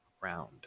round